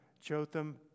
Jotham